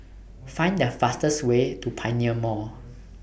Find The fastest Way to Pioneer Mall